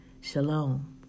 Shalom